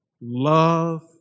Love